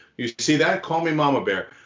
you see that? call me mama bear.